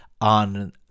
on